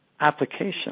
application